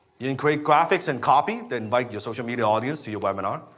you can create graphics and copy, then invite your social media audience to your webinar.